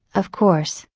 of course,